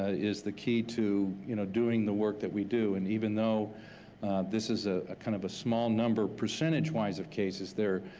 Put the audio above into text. ah is the key to you know doing the work that we do. and even though this is ah a kind of a small number percentage wise of cases there,